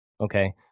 Okay